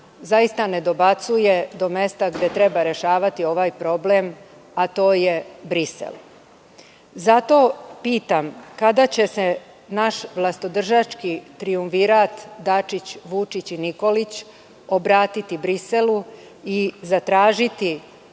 težina ne dobacuje do mesta gde treba rešavati ovaj problem, a to je Brisel. Zato pitam – kada će se naš vlastodržački trijumvirat Dačić-Vučić-Nikolić obratiti Briselu i zatražiti